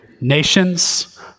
Nations